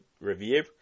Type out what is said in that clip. review